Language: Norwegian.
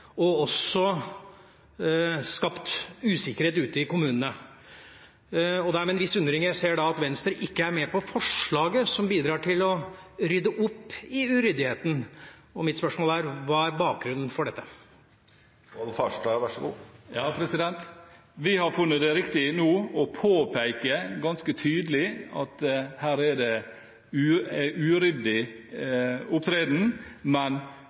og også skapt usikkerhet ute i kommunene. Det er med en viss undring jeg ser at Venstre ikke er med på forslaget som bidrar til å rydde opp i uryddigheten. Mitt spørsmål er: Hva er bakgrunnen for dette? Vi har funnet det riktig nå å påpeke ganske tydelig at her er det